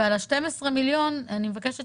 ועל ה-12 מיליון אני מבקשת